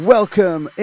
Welcome